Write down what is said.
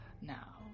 Now